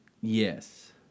Yes